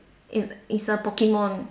it is a Pokemon